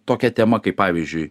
tokia tema kaip pavyzdžiui